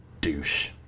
douche